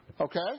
Okay